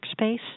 workspace